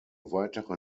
weitere